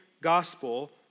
gospel